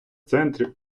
центрі